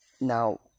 now